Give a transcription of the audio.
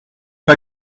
pas